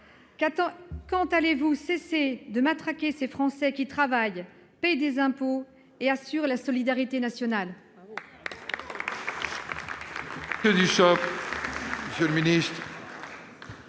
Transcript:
Quand allez-vous cesser de matraquer ces Français qui travaillent, payent des impôts et assurent la solidarité nationale ?